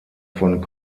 von